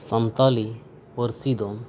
ᱥᱟᱱᱛᱟᱞᱤ ᱯᱟᱹᱨᱥᱤ ᱫᱚ